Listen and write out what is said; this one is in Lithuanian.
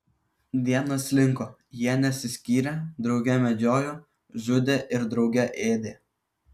dienos slinko jie nesiskyrė drauge medžiojo žudė ir drauge ėdė